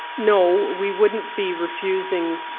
no. we wouldn't be refusing